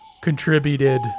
contributed